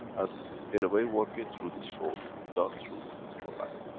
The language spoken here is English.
and in a way working through the soul, not through the physical life.